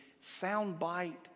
soundbite